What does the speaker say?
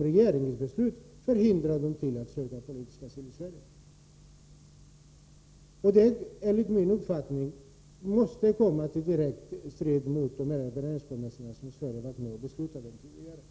regeringens beslut om visumtvång förhindrar dem att söka politisk asyl. Enligt min uppfattning måste detta stå i direkt strid mot de överenskommelser Sverige har träffat.